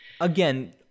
Again